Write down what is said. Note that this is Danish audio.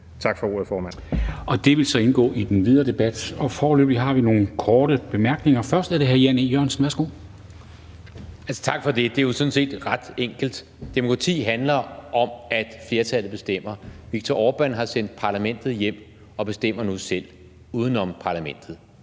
Dam Kristensen): Det vil så indgå i den videre debat. Foreløbig har vi nogle korte bemærkninger. Først er det hr. Jan E. Jørgensen. Værsgo. Kl. 19:13 Jan E. Jørgensen (V): Tak for det. Det er jo sådan set ret enkelt. Demokrati handler om, at flertallet bestemmer. Viktor Orbán har sendt parlamentet hjem og bestemmer nu selv uden om parlamentet.